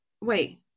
Wait